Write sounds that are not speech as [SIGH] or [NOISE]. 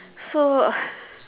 so [LAUGHS]